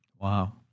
Wow